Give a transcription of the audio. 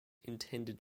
intended